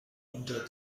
unter